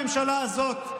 הממשלה הזאת,